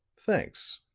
thanks.